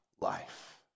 life